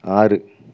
ஆறு